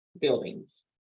buildings